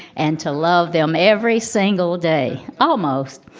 and to love them every single day. almost.